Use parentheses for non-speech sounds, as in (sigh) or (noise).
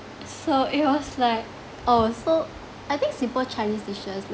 so it was like (laughs) oh so I think simple chinese dishes